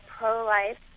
pro-life